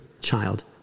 child